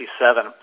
1967